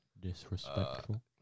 disrespectful